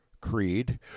creed